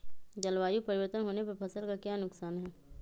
जलवायु परिवर्तन होने पर फसल का क्या नुकसान है?